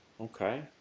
Okay